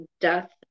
death